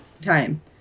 time